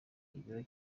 ibiro